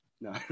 No